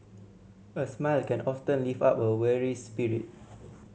a smile can often lift up a weary spirit